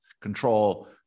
control